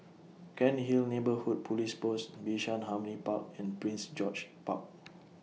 Cairnhill Neighbourhood Police Post Bishan Harmony Park and Prince George's Park